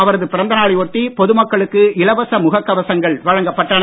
அவரது பிறந்தநாளை ஒட்டி பொது மக்களுக்கு இலவச முகக் கவசங்கள் வழங்கபட்டன